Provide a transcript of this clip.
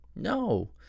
No